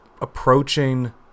approaching